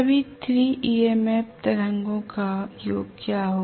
सभी 3 MMF तरंगों का योग क्या होगा